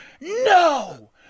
no